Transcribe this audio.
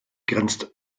grenzt